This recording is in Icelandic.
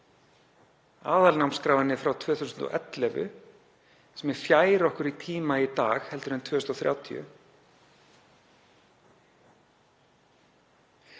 Aðalnámskráin er frá 2011 sem er fjær okkur í tíma í dag en 2030.